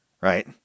right